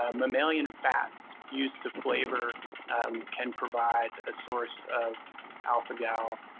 ah mammalian fats used to flavor can provide a source of alpha-gal,